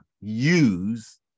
use